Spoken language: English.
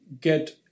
get